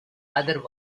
other